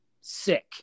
Sick